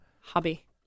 Hobby